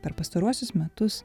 per pastaruosius metus